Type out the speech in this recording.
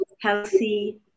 healthy